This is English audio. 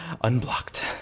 unblocked